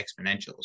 exponentials